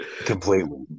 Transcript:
Completely